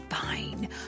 fine